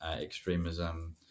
extremism